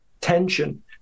tension